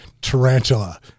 tarantula